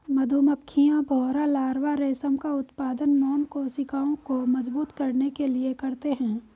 मधुमक्खियां, भौंरा लार्वा रेशम का उत्पादन मोम कोशिकाओं को मजबूत करने के लिए करते हैं